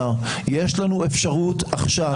יש לנו אפשרות עכשיו.